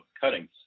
cuttings